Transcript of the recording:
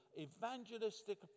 evangelistic